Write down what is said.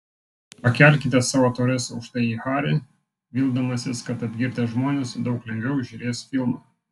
pakelkite savo taures aukštai į harį vildamasis kad apgirtę žmonės daug lengviau žiūrės filmą